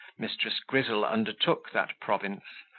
mrs. grizzle undertook that province,